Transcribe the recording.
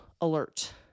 alert